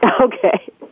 Okay